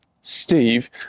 Steve